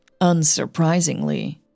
Unsurprisingly